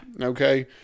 Okay